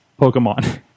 Pokemon